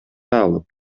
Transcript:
алып